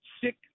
sick